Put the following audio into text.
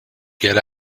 get